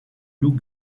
loup